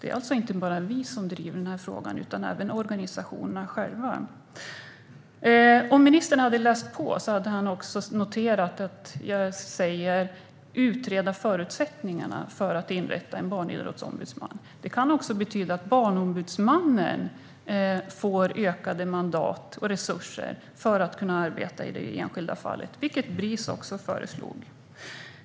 Det är alltså inte bara vi som driver den här frågan utan även organisationerna själva. Om ministern hade läst på hade han också noterat att jag säger att man bör utreda förutsättningarna för att inrätta en barnidrottsombudsman. Det kan också betyda att Barnombudsmannen får ökade mandat och resurser för att kunna arbeta i det enskilda fallet, vilket också Bris föreslår.